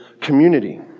community